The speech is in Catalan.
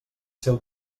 seu